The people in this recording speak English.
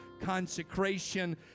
consecration